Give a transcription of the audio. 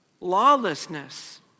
lawlessness